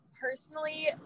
personally